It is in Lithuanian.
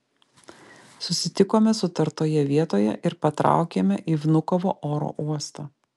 susitikome sutartoje vietoje ir patraukėme į vnukovo oro uostą